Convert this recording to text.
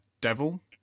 devil